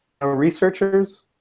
researchers